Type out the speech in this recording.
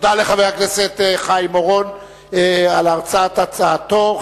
תודה לחבר הכנסת חיים אורון על הרצאת הצעתו.